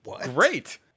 great